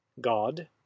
god